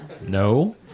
No